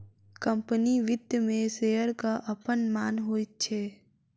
company वित्त मे शेयरक अपन मान होइत छै